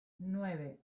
nueve